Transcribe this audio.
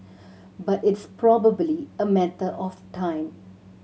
but it's probably a matter of time